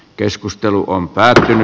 keskustelu on pääätö